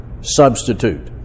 substitute